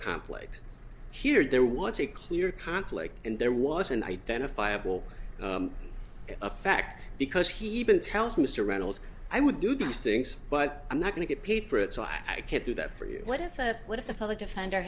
clear conflict and there was an identifiable effect because he even tells mr reynolds i would do these things but i'm not going to get paid for it so i can't do that for you what if what if the public defender